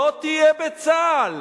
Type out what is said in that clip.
לא תהיה בצה"ל.